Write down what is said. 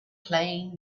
playing